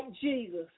Jesus